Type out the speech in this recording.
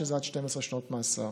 שזה עד 12 שנות מאסר.